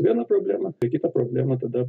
vieną problemą apie kitą problemą tada